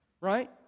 right